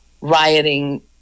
rioting